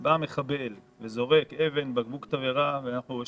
בא מחבל וזורק אבן או בקבוק תבערה ויש